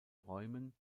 räumen